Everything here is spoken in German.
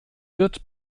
wird